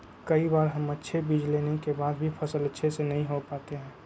कई बार हम अच्छे बीज लेने के बाद भी फसल अच्छे से नहीं हो पाते हैं?